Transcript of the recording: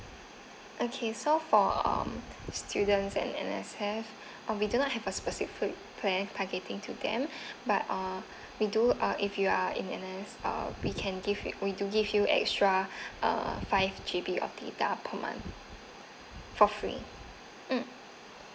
okay so for um students and N_S_F oh we do not have a specific plan targeting to them but uh we do uh if you are in N_S_F uh we can give it we do give you extra uh five G_B of data per month for free hmm